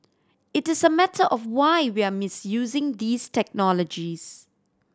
it's a matter of why we are misusing these technologies